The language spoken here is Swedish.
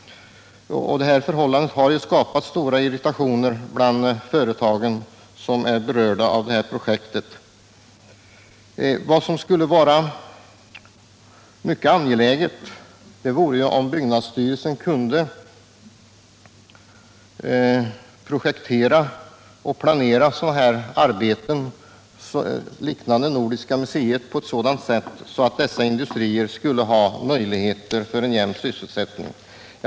Detta förhållande har skapat stor irritation hos de företag som är berörda. Vad som skulle vara mycket angeläget vore om byggnadsstyrelsen kunde projektera och planera arbeten, liknande dem vid Nordiska museet, på ett sådant sätt att dessa industrier hade möjligheter till en jämn sysselsättning.